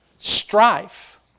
Strife